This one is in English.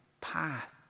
path